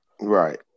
right